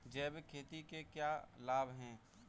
जैविक खेती के क्या लाभ हैं?